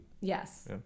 Yes